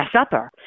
Supper